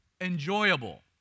enjoyable